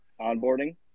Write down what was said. onboarding